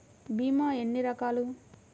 భీమ ఎన్ని రకాలు?